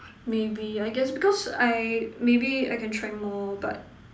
maybe I guess because I maybe I can try more but